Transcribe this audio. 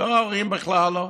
לא ההורים, בכלל לא.